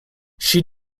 she